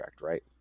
Right